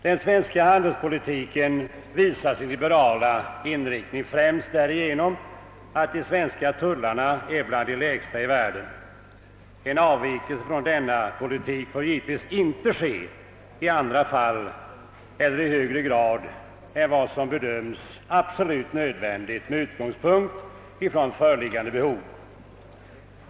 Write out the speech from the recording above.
Den svenska handelspolitiken visar sin liberala inriktning främst därigenom att de svenska tullarna är bland de lägsta i världen. En avvikelse från denna politik får givetvis inte ske i andra fall eller i högre grad än vad som bedöms som absolut nödvändigt med utgångspunkt i föreliggande behov.